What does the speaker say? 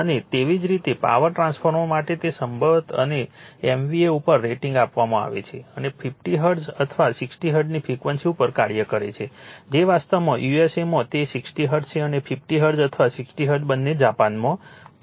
અને તેવી જ રીતે પાવર ટ્રાન્સફોર્મર માટે જે સંભવતઃ અનેક MVA ઉપર રેટિંગ આપવામાં આવે છે અને 50 હર્ટ્ઝ અથવા 60 હર્ટ્ઝની ફ્રિક્વન્સી ઉપર કાર્ય કરે છે જે વાસ્તવમાં USA માં તે 60 હર્ટ્ઝ છે અને 50 હર્ટ્ઝ અથવા 60 હર્ટ્ઝ બંને જાપાનમાં છે